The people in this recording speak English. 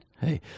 Hey